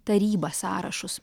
tarybas sąrašus